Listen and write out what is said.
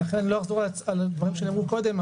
ולכן אני לא אחזור על דברים שנאמרו קודם,